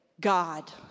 God